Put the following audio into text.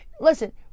Listen